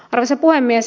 arvoisa puhemies